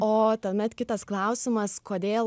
o tuomet kitas klausimas kodėl